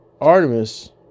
Artemis